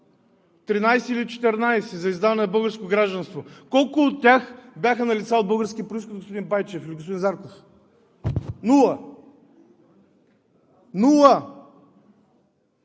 –13 или 14 за издаване на българско гражданство? Колко от тях бяха на лица от български произход, господин Байчев или господин Зарков? Нула. Така